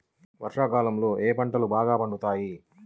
వర్షాకాలంలో ఏ పంటలు బాగా పండుతాయి?